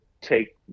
take